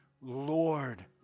Lord